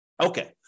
Okay